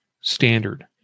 standard